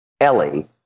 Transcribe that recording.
Ellie